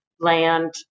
land